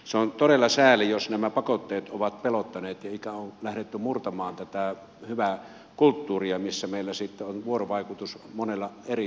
se on todella sääli jos nämä pakotteet ovat pelottaneet ja on ikään kuin lähdetty murtamaan tätä hyvää kulttuuria jossa meillä on vuorovaikutus monella eri tasolla